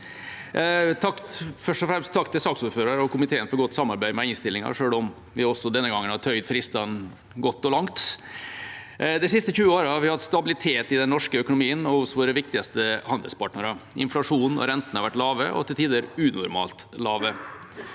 Først og fremst takk til saksordføreren og komiteen for godt samarbeid om innstillingen, selv om vi også denne gangen har tøyd fristene godt og langt. De siste 20 årene har vi hatt stabilitet i den norske økonomien og hos våre viktigste handelspartnere. Inflasjonen og rentene har vært lave og til tider unormalt lave.